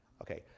Okay